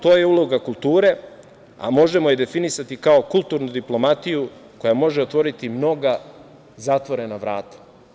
To je uloga kulture, a možemo je definisati kao kulturnu diplomatiju koja može otvoriti mnoga zatvorena vrata.